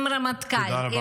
עם רמטכ"ל -- תודה רבה.